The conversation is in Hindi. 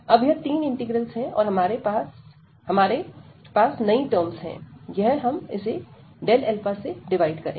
अब यह तीन इंटीग्रल्स है और यह हमारे यह नई टर्म्स हैं